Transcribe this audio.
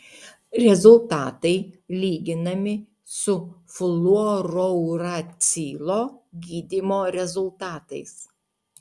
rezultatai lyginami su fluorouracilo gydymo rezultatais